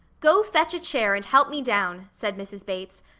go fetch a chair and help me down, said mrs. bates,